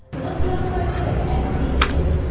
look no further than m c two.